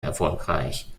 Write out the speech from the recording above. erfolgreich